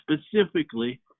specifically